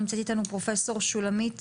נמצאת איתנו פרופ' שולמית